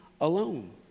alone